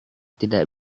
tidak